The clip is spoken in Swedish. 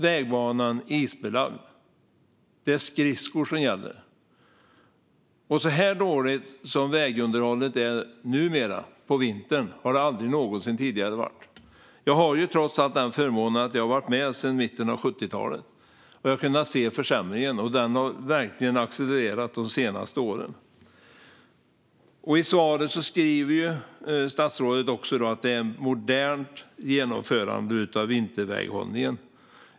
Vägbanan är isbelagd. Det är skridskor som gäller. Så dåligt som vägunderhållet på vintern är numera har det aldrig någonsin tidigare varit. Jag har ju förmånen att ha varit med sedan mitten av 70-talet. Jag har kunnat se försämringen, och den har verkligen accelererat de senaste åren. I svaret säger statsrådet att det är moderna metoder för genomförandet av vinterväghållningen.